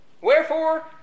Wherefore